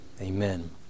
Amen